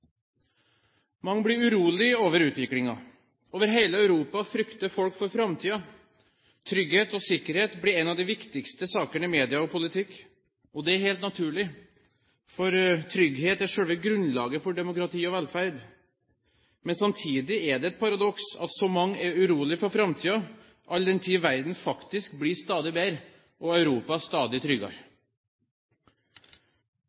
Mange blir urolige over utviklingen. Over hele Europa frykter folk for framtiden. Trygghet og sikkerhet blir en av de viktigste sakene i media og i politikken. Det er helt naturlig, fordi trygghet er selve grunnlaget for demokrati og velferd. Men samtidig er det et paradoks at så mange er urolige for framtiden, all den tid verden faktisk blir stadig bedre og Europa stadig tryggere.